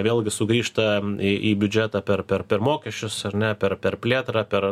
vėlgi sugrįžta į į biudžetą per per per mokesčius ar ne per per plėtrą per